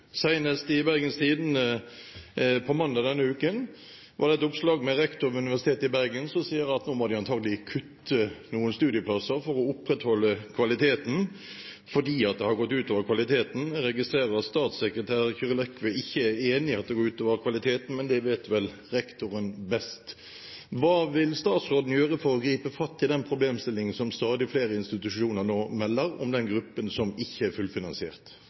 Senest i Bergens Tidende på mandag denne uken var det et oppslag med rektor ved Universitetet i Bergen som sier at de nå antakelig må kutte noen studieplasser for å opprettholde kvaliteten, fordi det har gått ut over kvaliteten. Jeg registrerer at statssekretær Kyrre Lekve ikke er enig i at det går ut over kvaliteten, men det vet vel rektoren best. Hva vil statsråden gjøre for å gripe fatt i den problemstillingen som stadig flere institusjoner nå melder om den gruppen som ikke har fullfinansiering? Jeg synes det er